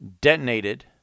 detonated